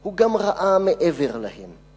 הוא ראה גם מעבר להם.